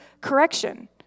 correction